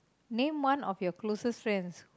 name one of your closet friends